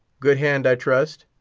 good hand, i trust?